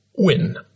Win